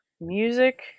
music